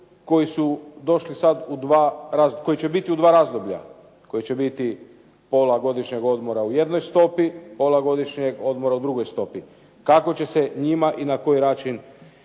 koji će biti u 2 razdoblja, koji će biti pola godišnjeg odmora u jednoj stopi, pola godišnjeg odmora u drugoj stopi? Kako će se njima i na koji način